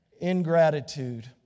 ingratitude